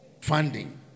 funding